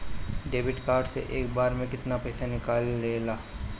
Debit card से एक बार मे केतना पैसा निकले ला?